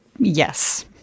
yes